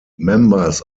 members